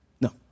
No